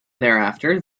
thereafter